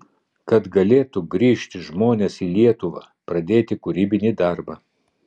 kad galėtų grįžt žmonės į lietuvą pradėti kūrybinį darbą